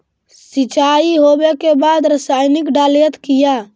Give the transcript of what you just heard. सीचाई हो बे के बाद रसायनिक डालयत किया?